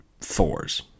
fours